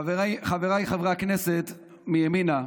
חבריי חברי הכנסת מימינה,